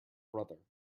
brother